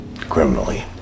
criminally